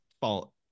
fault